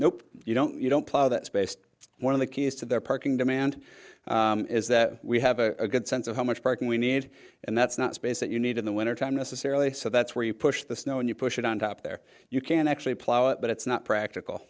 no you don't you don't plow that space one of the keys to their parking demand is that we have a good sense of how much parking we need and that's not space that you need in the wintertime necessarily so that's where you push the snow and you push it on top there you can actually plow it but it's not practical